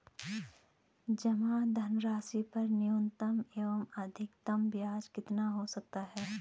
जमा धनराशि पर न्यूनतम एवं अधिकतम ब्याज कितना हो सकता है?